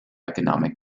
economic